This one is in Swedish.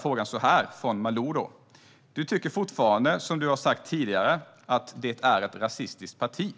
Frågan från Malou var så här: Du tycker fortfarande, som du har sagt tidigare, att det är ett rasistiskt parti?